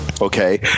Okay